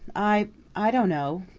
i i don't know,